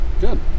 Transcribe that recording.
Good